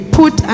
put